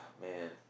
Man